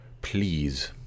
Please